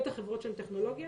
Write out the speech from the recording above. בטח חברות של טכנולוגיה,